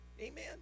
Amen